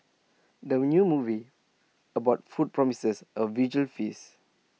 the new movie about food promises A visual feast